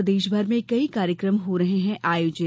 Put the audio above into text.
प्रदेशभर में कई कार्यकम हो रहे हैं आयोजित